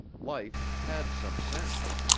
life had some sense.